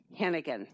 Hennigan